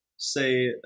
say